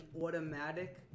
automatic